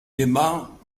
débats